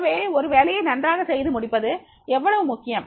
எனவே ஒரு வேலையை நன்றாக செய்து முடிப்பது எவ்வளவு முக்கியம்